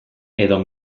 edo